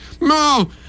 no